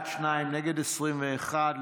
הצבעה.